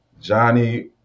Johnny